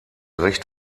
recht